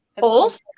Holes